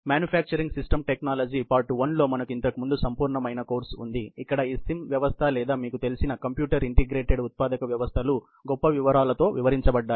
తయారీ వ్యవస్థల సాంకేతిక పరిజ్ఞానం పార్ట్ 1 లో మనకు ఇంతకుముందు సంపూర్ణమైన కోర్సు ఉంది ఇక్కడ ఈ సిమ్ వ్యవస్థ లేదా మీకు తెలిసిన కంప్యూటర్ ఇంటిగ్రేటెడ్ ఉత్పాదక వ్యవస్థలు గొప్ప వివరాలతో వివరించబడ్డాయి